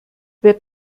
wer